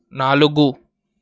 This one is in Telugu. నాలుగు